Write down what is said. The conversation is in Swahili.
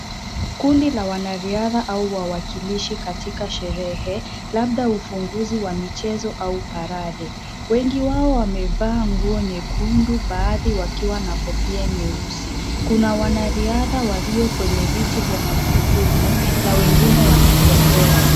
Kundi la wanariadha au wawakilishi katika sherehe labda ufunguzi wa michezo au parade ,wengi wao wamevaa nguo nyekundu baadhi wakiwa na kofia nyeusi, Kuna wanariadha walio kwenye viti vya gurudumu na wengine wakitembea.